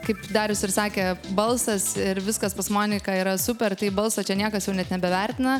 kaip darius ir sakė balsas ir viskas pas moniką yra super tai balso čia niekas jau net nebevertina